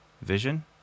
Vision